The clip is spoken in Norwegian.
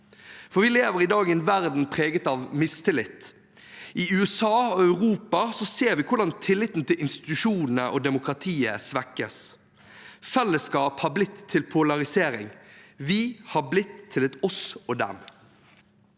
for vi lever i dag i en verden preget av mistillit. I USA og Europa ser vi hvordan tilliten til institusjonene og demokratiet svekkes. Fellesskap har blitt til polarisering, «vi» har blitt til «oss» og «dem».